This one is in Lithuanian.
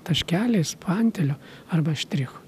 taškeliais pantelio arba štrichu